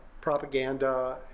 propaganda